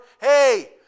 Hey